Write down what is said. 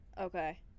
Okay